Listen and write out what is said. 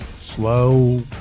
slow